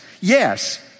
Yes